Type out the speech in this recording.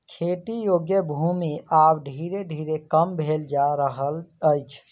खेती योग्य भूमि आब धीरे धीरे कम भेल जा रहल अछि